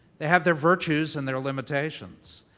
they have their virtues and their limitations,